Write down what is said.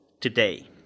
today